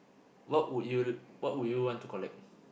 what would you what would you want to collect